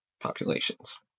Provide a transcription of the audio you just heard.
populations